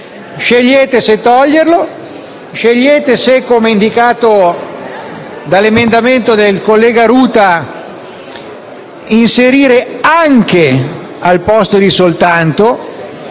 Scegliete se toglierlo; scegliete se, come indicato dall'emendamento del collega Ruta, inserire «anche» al posto di «soltanto»,